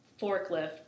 forklift